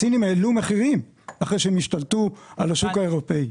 הסינים העלו מחירים אחרי שהם השתלטו על השוק האירופי,